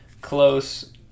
close